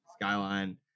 Skyline